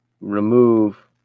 remove